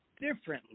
differently